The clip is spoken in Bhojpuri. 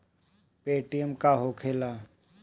पेटीएम का होखेला?